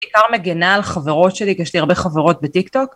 בעיקר מגנה על חברות שלי, כי יש לי הרבה חברות בטיק-טוק.